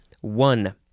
One